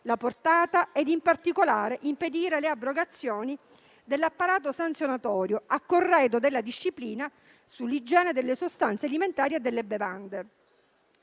la portata ed in particolare impedire le abrogazioni dell'apparato sanzionatorio a corredo della disciplina sull'igiene delle sostanze alimentari e delle bevande.